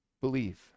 Believe